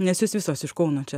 nes jūs visos iš kauno čia